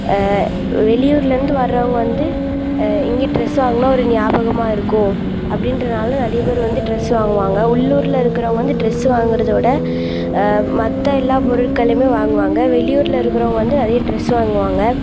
வெளியூரிலேருந்து வரவங்கள் வந்து இங்கே ட்ரெஸ்ஸு வாங்கினா ஒரு ஞாபகமாயிருக்கும் அப்படின்றனால நிறைய பேர் வந்து ட்ரெஸ்ஸு வாங்குவாங்க உள்ளூரில் இருக்கிறவங்க வந்து ட்ரெஸ்ஸு வாங்கிறதுவிட மற்ற எல்லா பொருட்களையுமே வாங்குவாங்க வெளியூரில் இருக்கிறவங்க வந்து நிறைய ட்ரெஸ்ஸு வாங்குவாங்க